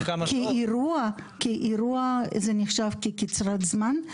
אבל כאירוע זה נחשב כקצרת זמן.